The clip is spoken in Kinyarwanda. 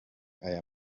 aya